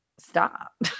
Stop